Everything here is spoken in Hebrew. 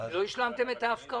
לא השלמתם את ההפקעות.